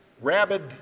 rabid